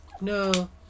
no